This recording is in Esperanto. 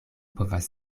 povas